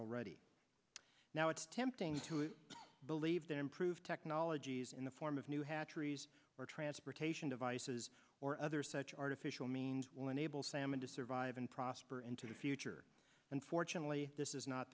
already now it's tempting to believe that improved technologies in the form of new had trees or transportation devices or other such artificial means will enable salmon to survive and prosper into the future unfortunately this is not